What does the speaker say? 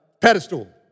pedestal